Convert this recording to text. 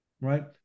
right